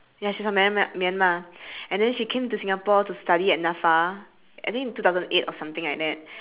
ya she's from myanma~ myanmar and then she came to singapore to study at NAFA I think two thousand eight or something like that